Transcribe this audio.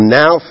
now